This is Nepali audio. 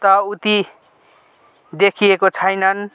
त उति देखिएको छैनन्